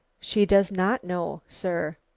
she does not know, sir.